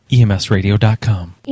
emsradio.com